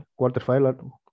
quarterfinal